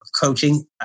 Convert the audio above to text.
coaching